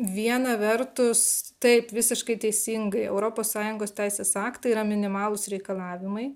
viena vertus taip visiškai teisingai europos sąjungos teisės aktai yra minimalūs reikalavimai